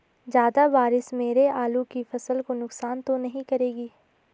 ज़्यादा बारिश मेरी आलू की फसल को नुकसान तो नहीं करेगी?